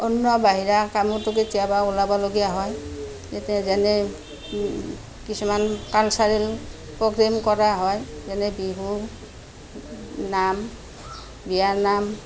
অন্য বাহিৰা কামতো কেতিয়াবা ওলাবলগীয়া হয় এতিয়া যেনে কিছুমান কালছাৰেল প্ৰগ্ৰেম কৰা হয় যেনে বিহু নাম বিয়া নাম